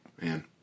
Man